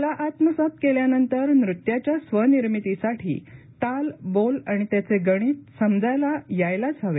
कला आत्मसात केल्यानंतर नृत्याच्या स्वनिर्मितीसाठी ताल बोल आणि त्याचे गणित समजायला यायलाच हवे